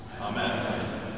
Amen